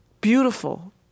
beautiful